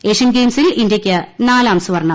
Asian ഗെയിംസിൽ ഇന്ത്യയ്ക്ക് നാലാം സ്വർണ്ണം